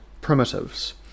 primitives